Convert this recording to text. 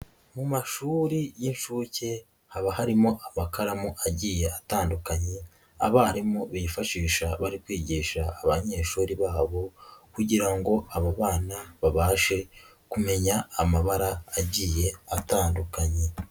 Mu mashuri y'inshuke haba harimo amakaramu agiye atandukanye, abarimu bifashisha bari kwigisha abanyeshuri babo kugira ngo abo bana babashe kumenya amabara agiye atandukanye.